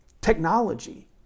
technology